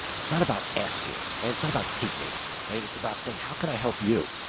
it's not about asking, right. it's not about taking right. it's about seeing how can i help you?